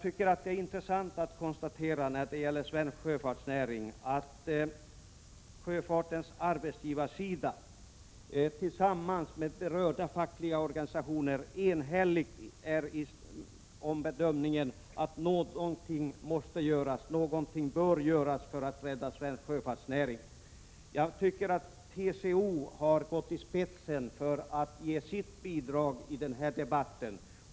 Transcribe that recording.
Det är intressant att kunna konstatera att sjöfartens arbetsgivarsida och berörda fackliga organisationer är enhälliga i bedömningen att något måste göras för att rädda svensk sjöfartsnäring. TCO har gått i spetsen och givit sitt bidrag till debatten.